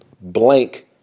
blank